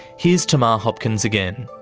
here's tamar hopkins again.